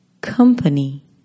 company